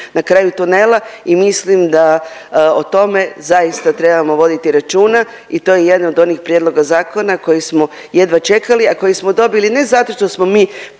na kraju tunela i mislim da o tome zaista trebamo voditi računa i to je jedan od onih prijedloga zakona koji smo jedva čekali, a koji smo dobili ne zato što smo mi